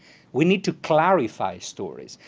we need to clarify stories.